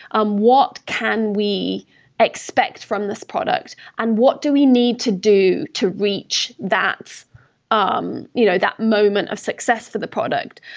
um what can we expect from this product and what do we need to do to reach that um you know that moment of success for the product?